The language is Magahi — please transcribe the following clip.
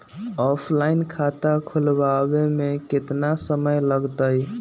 ऑफलाइन खाता खुलबाबे में केतना समय लगतई?